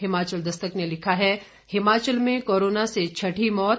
हिमाचल दस्तक ने लिखा है हिमाचल में कोरोना से छठी मौत